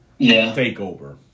takeover